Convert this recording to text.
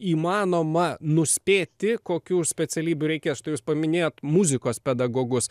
įmanoma nuspėti kokių specialybių reikia stai jūs paminėjot muzikos pedagogus